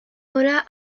obra